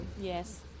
Yes